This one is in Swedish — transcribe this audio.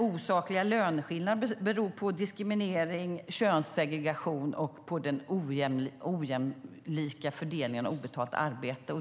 Osakliga löneskillnader beror på diskriminering, könssegregration och den ojämlika fördelningen av obetalt arbete.